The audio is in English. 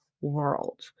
world